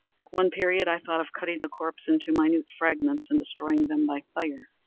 at one period i thought of cutting the corpse into minute fragments, and destroying them by fire.